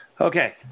Okay